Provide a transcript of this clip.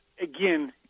Again